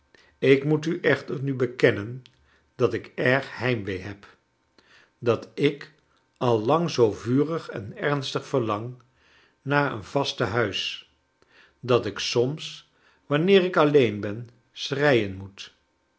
ik moet u echter nu bekennen dat ik erg heimwee heb dat ik al lang zoo vurig en ernstig verlang naar een vast tenuis dat ik soms wanneer ik alleen ben schreien moet